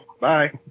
Bye